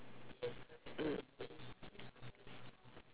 mm